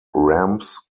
ramps